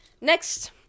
Next